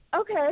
Okay